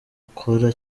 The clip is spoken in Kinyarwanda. ukora